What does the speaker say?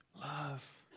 Love